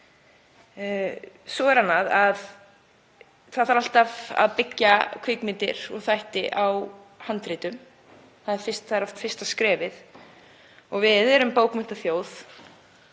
Svo er annað, það þarf alltaf að byggja kvikmyndir og þætti á handritum, það er oft fyrsta skrefið. Við erum bókmenntaþjóð